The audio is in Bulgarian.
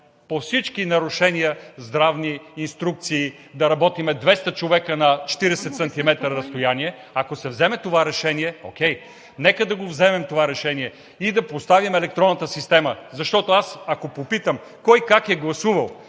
по всички нарушения – здравни инструкции, да работим 200 човека на 40 см разстояние, ако се вземе това решение, окей, нека да го вземем това решение и да поставим електронната система. Защото аз, ако попитам кой как е гласувал,